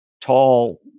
tall